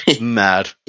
mad